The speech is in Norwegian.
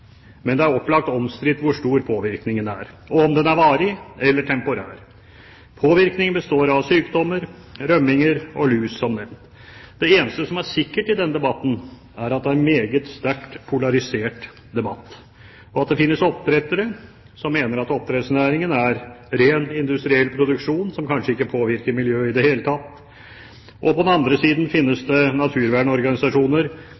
men det er opplagt omstridt hvor stor påvirkningen er, og om den er varig eller temporær. Påvirkningen består som nevnt av sykdommer, rømninger og lus. Det eneste som er sikkert i denne debatten, er at det er en meget sterkt polarisert debatt. Det finnes oppdrettere som mener at oppdrettsnæringen er en ren industriell produksjon som kanskje ikke påvirker miljøet i det hele tatt. På den andre siden